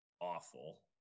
awful